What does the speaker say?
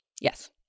Yes